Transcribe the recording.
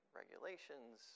regulations